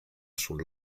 sul